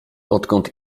odkąd